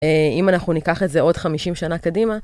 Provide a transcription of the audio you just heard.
א.. אם אנחנו ניקח את זה עוד 50 שנה קדימה,